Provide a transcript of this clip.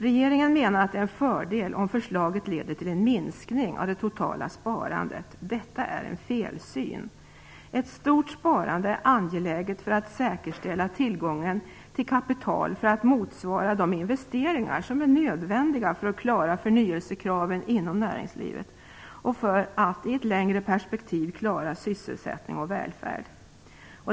Regeringen menar att det är en fördel om förslaget leder till en minskning av det totala sparandet. Detta är en felsyn. Ett stort sparande är angeläget för att säkerställa tillgången till kaptital så att detta kan motsvara de investeringar som är nödvändiga för att klara förnyelsekraven inom näringslivet, och dessutom för att i ett längre perspektiv klara sysselsättning och välfärd.